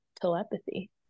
telepathy